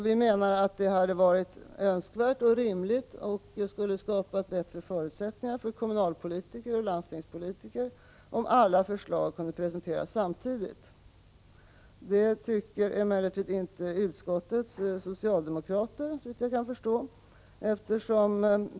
Vi menar att det hade varit önskvärt och rimligt och skulle ha skapat bättre förutsättningar för kommunalpolitiker och landstingspolitiker, att alla förslag presenterats samtidigt. Det tycker emellertid inte utskottets socialdemokrater, såvitt jag kan förstå.